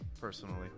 personally